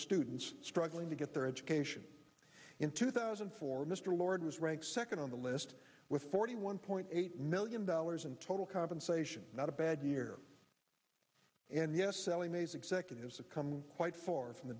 students struggling to get their education in two thousand and four mr lord was ranked second on the list with forty one point eight million dollars in total compensation not a bad year and yes sallie mae's executives to come quite far from the